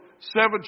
seven